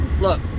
Look